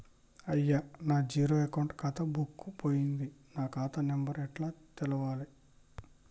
అయ్యా నా zero account ఖాతా బుక్కు పోయింది నా ఖాతా నెంబరు ఎట్ల తెలవాలే?